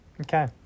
okay